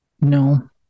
no